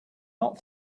not